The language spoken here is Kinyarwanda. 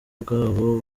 bwabo